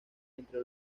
entre